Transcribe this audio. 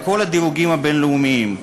בכל הדירוגים הבין-לאומיים,